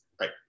Right